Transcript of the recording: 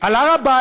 על הר הבית